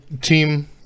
team